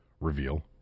reveal